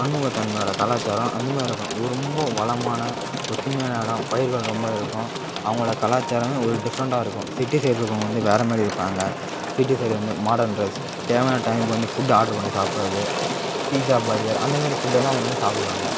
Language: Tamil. பன்முகத்தன்மையோட கலாச்சாரம் அந்த மாரி இருக்கும் ரொம்பவும் வளமான பசுமையான இடோம் பயிர்கள் ரொம்ப இருக்கும் அவங்களோட கலாச்சாரம் ஒரு டிஃப்ரெண்டாக இருக்கும் சிட்டி சைடு இருக்கிறவங்க வந்து வேற மாதிரி இருப்பாங்க சிட்டி சைடு வந்து மாடர்ன் டிரெஸ் தேவையான டைமுக்கு வந்து ஃபுட் ஆட்ரு பண்ணி சாப்புடுறது பீஸ்ஸா பர்கர் அந்த மாதிரி ஃபுட்ட தான் ஒன்லி சாப்புடுவாங்க